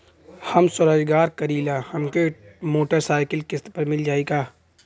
हम स्वरोजगार करीला हमके मोटर साईकिल किस्त पर मिल जाई का?